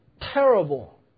terrible